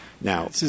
Now